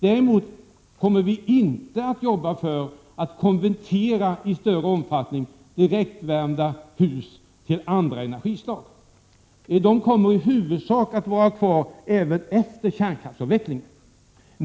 Däremot kommer vi inte att arbeta för att i större omfattning konvertera direktvärmda hus och se till att de får använda sig av andra energislag. De direktvärmda husen kommer i huvudsak att finnas kvar även efter kärnkraftsavvecklingen.